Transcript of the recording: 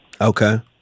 Okay